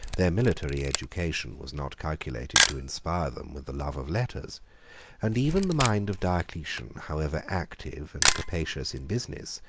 their military education was not calculated to inspire them with the love of letters and even the mind of diocletian, however active and capacious in business,